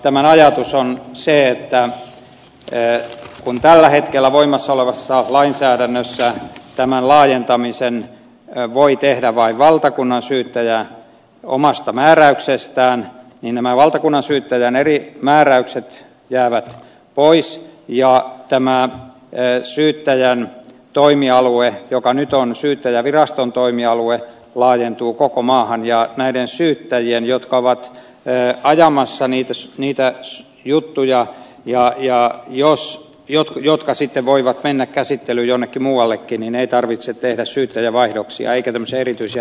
tämän ajatus on se että kun tällä hetkellä voimassa olevan lainsäädännön mukaan tämän laajentamisen voi tehdä vain valtakunnansyyttäjä omasta määräyksestään niin nämä valtakunnansyyttäjän eri määräykset jäävät pois ja tämä syyttäjän toimialue joka nyt on syyttäjäviraston toimialue laajentuu koko maahan ja nämä syyttäjät jotka ovat ajamassa niitä juttuja voivat sitten mennä käsittelyyn jonnekin muuallekin niin että ei tarvitse tehdä syyttäjävaihdoksia eikä tämmöisiä erityisiä päätöksiä